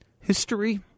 history